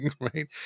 Right